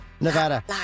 Nevada